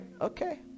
Okay